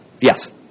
Yes